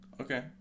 Okay